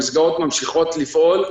המסגרות ממשיכות לפעול.